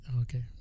Okay